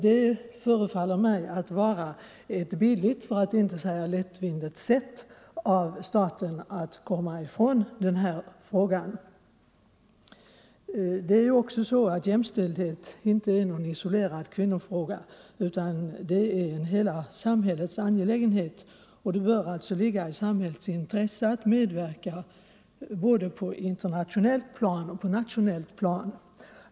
Det förefaller mig att vara ett billigt för att inte säga lättvindigt sätt från statens sida att komma ifrån denna fråga. Jämställdhet är ju inte heller en isolerad kvinnofråga, utan det är en hela samhällets angelägenhet. Det bör alltså ligga i samhällets intresse att medverka på både internationellt och nationellt plan.